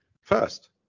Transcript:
first